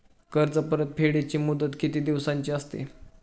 कर्ज परतफेडीची मुदत किती दिवसांची असते?